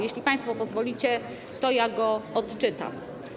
Jeśli państwo pozwolicie, to go odczytam.